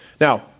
Now